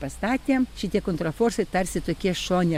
pastatė šitie kontraforsai tarsi tokie šone